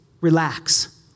Relax